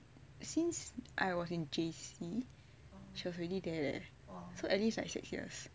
since I was in J_C she was already there leh or so at least like six years